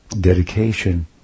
dedication